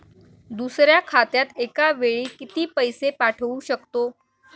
दुसऱ्या खात्यात एका वेळी किती पैसे पाठवू शकतो?